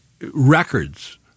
records